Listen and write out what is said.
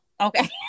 okay